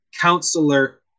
counselor